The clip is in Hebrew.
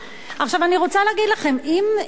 עכשיו אני רוצה להגיד לכם: אם אני,